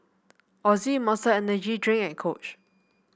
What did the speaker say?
Ozi Monster Energy Drink and Coach